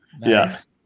Yes